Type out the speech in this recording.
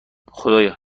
خدایا